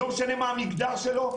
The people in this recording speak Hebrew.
לא משנה מה המגזר שלו.